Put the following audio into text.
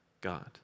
God